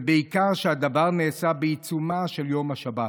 ובעיקר, שהדבר נעשה בעיצומו של יום השבת.